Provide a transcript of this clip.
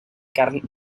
carn